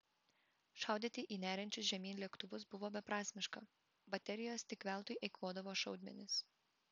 šaudyti į neriančius žemyn lėktuvus buvo beprasmiška baterijos tik veltui eikvodavo šaudmenis